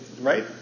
Right